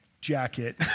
jacket